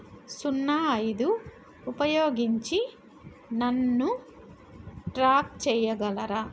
సున్నా ఐదు ఉపయోగించి నన్ను ట్రాక్ చేయగలరా